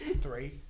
Three